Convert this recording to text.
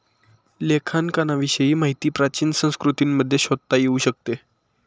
लेखांकनाविषयी माहिती प्राचीन संस्कृतींमध्ये शोधता येऊ शकते